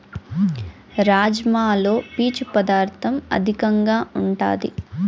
రాజ్మాలో పీచు పదార్ధం అధికంగా ఉంటాది